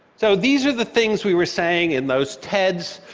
so these are the things we were saying in those teds.